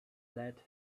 lead